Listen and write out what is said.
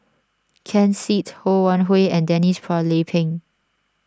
Ken Seet Ho Wan Hui and Denise Phua Lay Peng